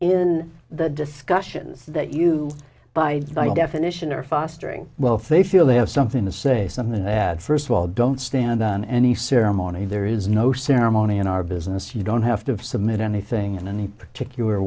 in the discussions that you buy by definition are fostering wealth they feel they have something to say something that first of all don't stand on any ceremony there is no ceremony in our business you don't have to submit anything in any particular